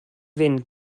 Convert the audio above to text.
fynd